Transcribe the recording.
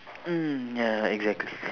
mm ya exactly